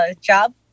job